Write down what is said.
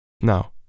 Now